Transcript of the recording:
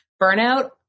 burnout